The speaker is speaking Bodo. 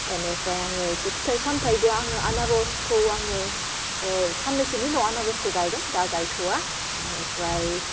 बिनिफ्राय आङो एसे फिथाइ सामथाइबो आङो आनारसखौ आङो ओह साननैसोनि उनाव आनारसखौ गायगोन दा गायथ'वा बेनिफ्राय